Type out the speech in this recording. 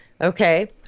okay